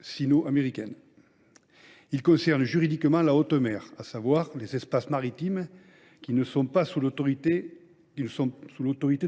sino américaine. Il concerne juridiquement la haute mer, c’est à dire les espaces maritimes qui ne sont sous l’autorité